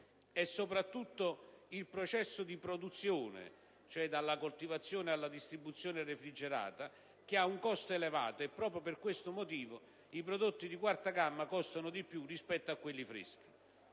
È, soprattutto, il processo di produzione (che va dalla coltivazione alla distribuzione refrigerata) che ha un costo elevato e, proprio per questo motivo, i prodotti di quarta gamma costano di più di quelli freschi.